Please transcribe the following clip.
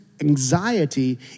anxiety